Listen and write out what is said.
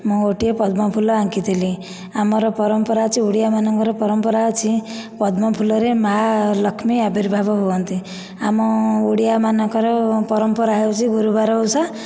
ମୁଁ ଗୋଟିଏ ପଦ୍ମ ଫୁଲ ଆଙ୍କିଥିଲି ଆମର ପରମ୍ପରା ଅଛି ଓଡ଼ିଆମାନଙ୍କର ପରମ୍ପରା ଅଛି ପଦ୍ମଫୁଲରେ ମା' ଲକ୍ଷ୍ମୀ ଆବିର୍ଭାବ ହୁଅନ୍ତି ଆମ ଓଡ଼ିଆମାନଙ୍କର ପରମ୍ପରା ହେଉଛି ଗୁରୁବାର ଓଷା